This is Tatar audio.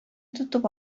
тотып